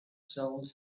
sold